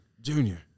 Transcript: Junior